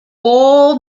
all